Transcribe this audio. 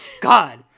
God